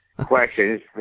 questions